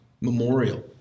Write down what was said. memorial